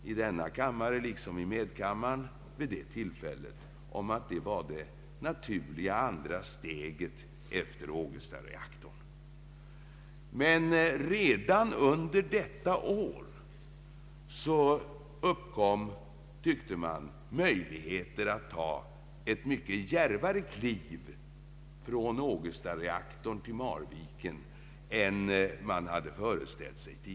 Men redan under detta år uppkom som man tyckte möjligheter att ta ett mycket djärvare kliv från Ågestareaktorn till Marvikenprojektet än man tidigare hade föreställt sig.